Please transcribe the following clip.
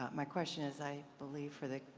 my question is i believe for the